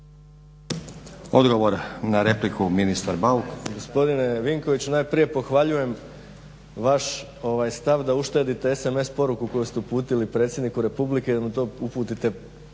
Odgovor na repliku, ministar Bauk.